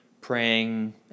Praying